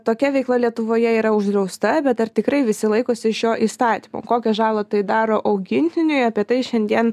tokia veikla lietuvoje yra uždrausta bet ar tikrai visi laikosi šio įstatymo kokią žalą tai daro augintiniui apie tai šiandien